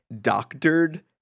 doctored